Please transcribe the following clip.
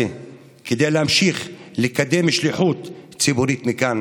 כדי להמשיך לקדם שליחות ציבורית מכאן.